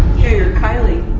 you're kylie.